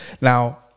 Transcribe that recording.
now